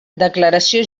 declaració